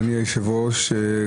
אדוני היושב-ראש,